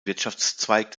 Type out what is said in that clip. wirtschaftszweig